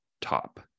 top